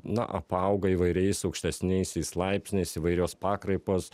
na apauga įvairiais aukštesniaisiais laipsniais įvairios pakraipos